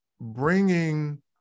bringing